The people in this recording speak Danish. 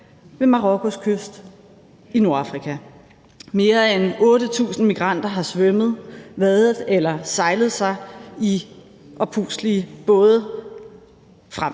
ved Marokkos kyst i Nordafrika. Mere end 8.000 migranter har svømmet, vadet eller sejlet sig i oppustelige både frem.